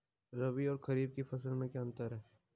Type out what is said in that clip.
रबी और खरीफ की फसल में क्या अंतर है?